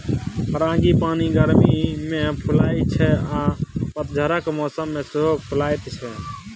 frangipani गर्मी मे फुलाइ छै आ पतझरक मौसम मे सेहो फुलाएत छै